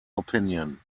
opinion